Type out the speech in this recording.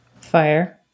fire